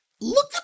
Look